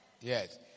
Yes